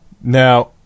Now